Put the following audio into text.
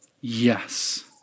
Yes